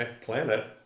planet